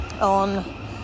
on